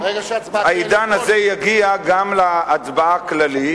העידן הזה יגיע גם להצבעה הכללית.